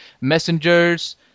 Messengers